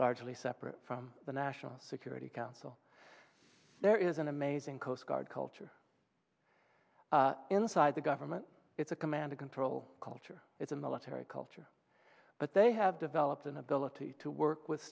largely separate from the national security council there is an amazing coast guard culture inside the government it's a command control culture it's a military culture but they have developed an ability to work with